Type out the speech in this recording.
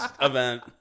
event